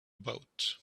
boat